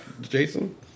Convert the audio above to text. Jason